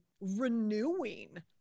renewing